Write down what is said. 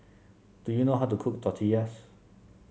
do you know how to cook Tortillas